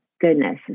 goodness